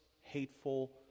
hateful